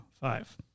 five